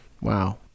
Wow